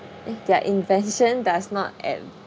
eh their invention does not